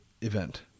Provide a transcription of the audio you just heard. event